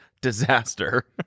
disaster